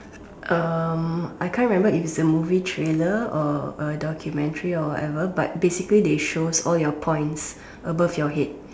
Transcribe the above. um I can't remember if it's a movie trailer or a documentary or whatever but basically they shows all your points above your head